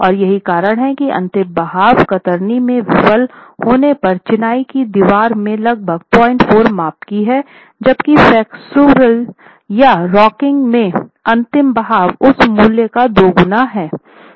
और यही कारण है कि अंतिम बहाव कतरनी में विफल होने वाली चिनाई की दीवार के लगभग 04 माप की है जबकि फ्लेक्सचर या रॉकिंग में अंतिम बहाव उस मूल्य का दोगुना होगा